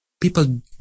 people